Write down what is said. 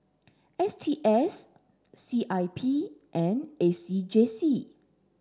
S T S C I P and A C J C